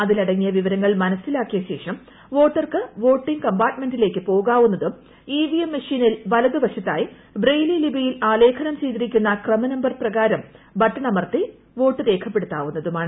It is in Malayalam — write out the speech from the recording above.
അതിലടങ്ങിയ വിവരങ്ങൾ മനസിലാക്കിയ ശേഷം വോട്ടർക്ക് വോട്ടിംഗ് കംപാർട്ട്മെന്റിലേക്ക് പോകാവുന്നതും ഇവിഎം മെഷീനിൽ വലതു വശത്തായി ബ്രെയ് ലി ലിപിയിൽ ആലേഖനം ചെയ്തിരിക്കുന്ന ക്രമ നമ്പർ പ്രകാരം ബട്ടൺ അമർത്തി വോട്ട് രേഖപ്പെടുത്താവുന്നതുമാണ്